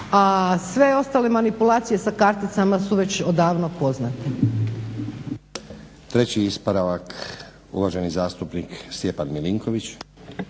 sve ostale manipulacije sa karticama su već odavno poznate.